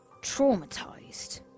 traumatized